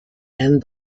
and